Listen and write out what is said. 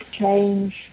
change